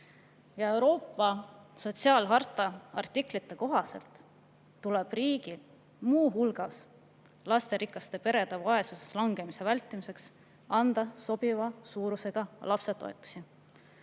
Euroopa sotsiaalharta artiklite kohaselt tuleb riigil lasterikaste perede vaesusesse langemise vältimiseks anda muu hulgas sobiva suurusega lapsetoetusi.